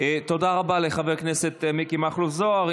תודה רבה לחבר הכנסת מיקי מכלוף זוהר.